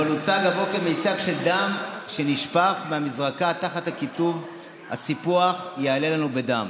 הוצג הבוקר מיצג של דם שנשפך מהמזרקה תחת הכיתוב "הסיפוח יעלה לנו בדם".